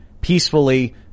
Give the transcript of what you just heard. peacefully